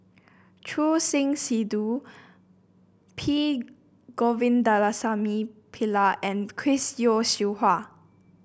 Choor Singh Sidhu P Govindasamy Pillai and Chris Yeo Siew Hua